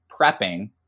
prepping